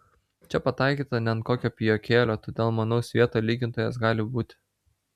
čia pataikyta ne ant kokio pijokėlio todėl manau svieto lygintojas gali būti